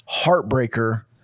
heartbreaker